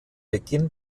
beginn